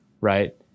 Right